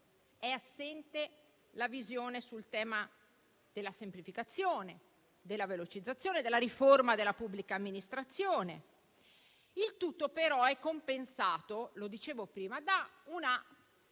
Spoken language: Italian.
È assente la visione sul tema della semplificazione, della velocizzazione, della riforma della pubblica amministrazione. Il tutto però è compensato da una